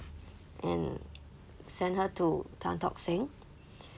and sent her to tan tock seng